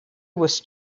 was